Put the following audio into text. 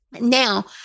Now